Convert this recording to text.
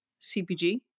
CPG